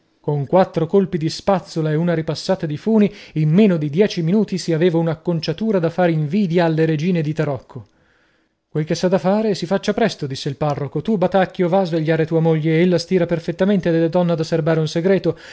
con quattro colpi di spazzola e una ripassata di funi in meno di dieci minuti si aveva un'acconciatura da far invidia allo regine di tarocco quel che s'ha a fare si faccia presto disse il parroco tu batacchio va a svegliare tua moglie ella stira perfettamente ed è donna da serbare un segreto